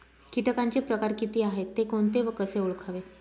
किटकांचे प्रकार किती आहेत, ते कोणते व कसे ओळखावे?